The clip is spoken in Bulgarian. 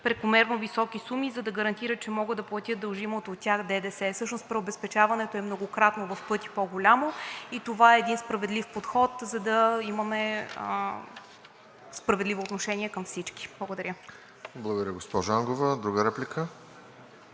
прекомерно високи суми, за да гарантират, че могат да платят дължимото от тях ДДС“. Всъщност при обезпечаването е многократно в пъти по-голямо и това е един справедлив подход, за да имаме справедливо отношение към всички. Благодаря. ПРЕДСЕДАТЕЛ РОСЕН ЖЕЛЯЗКОВ: Благодаря, госпожо Ангова. Друга реплика?